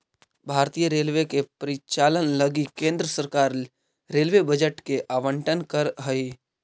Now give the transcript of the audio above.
भारतीय रेलवे के परिचालन लगी केंद्र सरकार रेलवे बजट के आवंटन करऽ हई